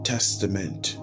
Testament